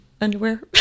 underwear